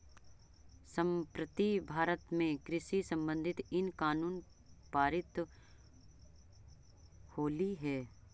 संप्रति भारत में कृषि संबंधित इन कानून पारित होलई हे